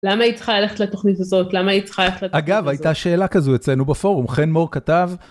למה היא צריכה ללכת לתוכנית הזאת? למה היא צריכה ללכת לתוכנית הזאת? אגב, הייתה שאלה כזו אצלנו בפורום, חן מור כתב...